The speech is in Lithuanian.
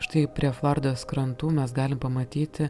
štai prie floridos krantų mes galim pamatyti